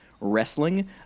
wrestling